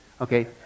Okay